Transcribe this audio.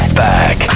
back